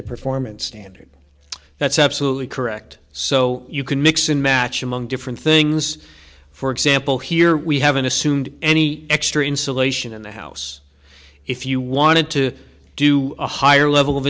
the performance standard that's absolutely correct so you can mix and match among different things for example here we have an assumed any extra insulation in the house if you wanted to do a higher level of